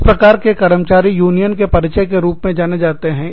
इस प्रकार के कर्मचारी यूनियन के परिचय के रूप में जाने जाते हैं